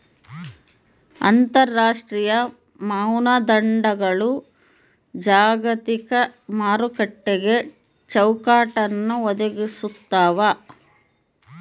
ಅಂತರರಾಷ್ಟ್ರೀಯ ಮಾನದಂಡಗಳು ಜಾಗತಿಕ ಮಾರುಕಟ್ಟೆಗೆ ಚೌಕಟ್ಟನ್ನ ಒದಗಿಸ್ತಾವ